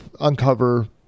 uncover